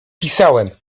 pisałem